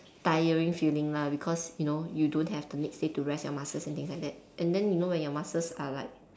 tiring feeling lah because you know you don't have the next day to rest your muscles and things like that and then you know when muscles are like